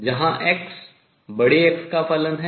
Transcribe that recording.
जहां x बड़े X का फलन है